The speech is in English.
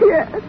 Yes